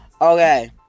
Okay